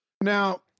now